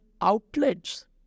outlets